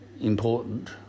important